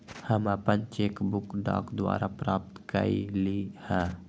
हम अपन cheque book डाक द्वारा प्राप्त कईली ह